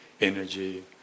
energy